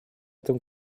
этом